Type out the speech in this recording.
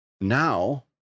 now